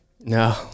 No